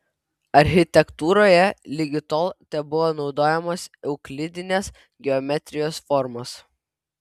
architektūroje ligi tol tebuvo naudojamos euklidinės geometrijos formos